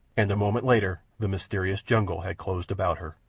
and a moment later the mysterious jungle had closed about her.